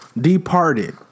Departed